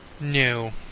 No